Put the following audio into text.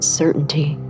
certainty